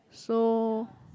so